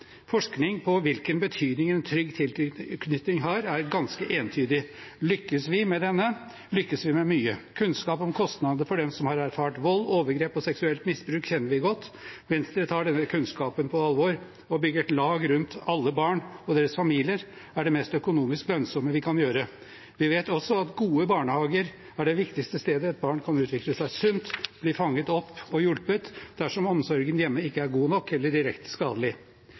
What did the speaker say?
forskning på hvilken betydning en trygg tilknytning har, er ganske entydig. Lykkes vi med denne, lykkes vi med mye. Kunnskap om kostnader for dem som har erfart vold, overgrep og seksuelt misbruk, kjenner vi godt. Venstre tar denne kunnskapen på alvor. Å bygge et lag rundt alle barn og deres familier er det mest økonomisk lønnsomme vi kan gjøre. Vi vet også at gode barnehager er det viktigste stedet et barn kan utvikle seg sunt og bli fanget opp og hjulpet dersom omsorgen hjemme ikke er god nok, eller direkte skadelig.